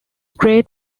great